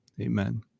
Amen